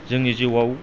जोंनि जिउआव